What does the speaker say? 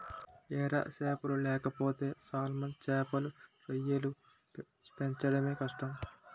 ఎర సేపలు లేకపోతే సాల్మన్ సేపలు, రొయ్యలు పెంచడమే కష్టం